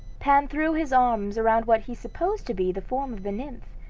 pan threw his arms around what he supposed to be the form of the nymph,